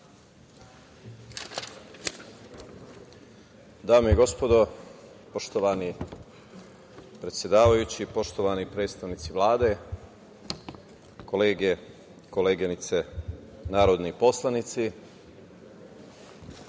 Dame i gospodo, poštovani predsedavajući, poštovani predstavnici Vlade, kolege i koleginice narodni poslanici,